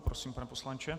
Prosím, pane poslanče.